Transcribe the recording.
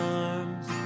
arms